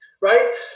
right